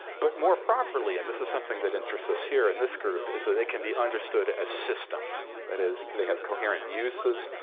but more properly and this is something that interests us here in this group is that they can be understood as systems. that is, they have coherent uses.